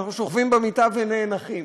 אנחנו שוכבים במיטה ונחים.